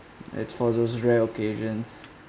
it's for those rare occasions